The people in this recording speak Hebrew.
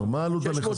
הנכסים?